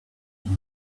her